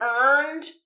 earned